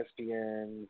ESPN